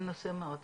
הוא נושא מאוד חשוב.